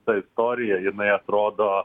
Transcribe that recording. ta istorija jinai atrodo